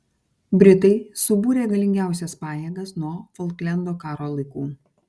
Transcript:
britai subūrė galingiausias pajėgas nuo folklendo karo laikų